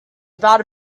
about